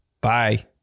Bye